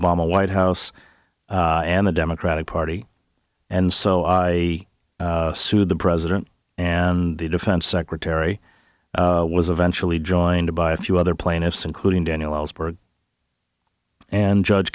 ma white house and the democratic party and so i sued the president and the defense secretary was eventually joined by a few other plaintiffs including daniel ellsberg and judge